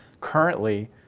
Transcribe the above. currently